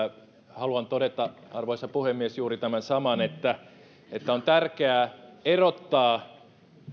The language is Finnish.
haluan todeta arvoisa puhemies juuri tämän saman että että on tärkeää erottaa